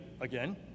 again